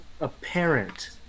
apparent